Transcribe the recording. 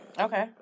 Okay